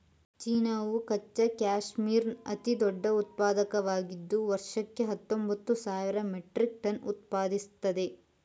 ಚೀನಾವು ಕಚ್ಚಾ ಕ್ಯಾಶ್ಮೀರ್ನ ಅತಿದೊಡ್ಡ ಉತ್ಪಾದಕವಾಗಿದ್ದು ವರ್ಷಕ್ಕೆ ಹತ್ತೊಂಬತ್ತು ಸಾವಿರ ಮೆಟ್ರಿಕ್ ಟನ್ ಉತ್ಪಾದಿಸ್ತದೆ